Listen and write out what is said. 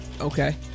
okay